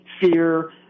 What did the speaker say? fear